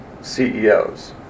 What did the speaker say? CEOs